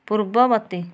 ପୂର୍ବବର୍ତ୍ତୀ